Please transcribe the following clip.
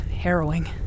Harrowing